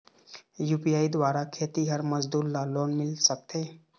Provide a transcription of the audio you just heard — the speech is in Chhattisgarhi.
यू.पी.आई द्वारा खेतीहर मजदूर ला लोन मिल सकथे?